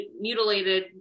mutilated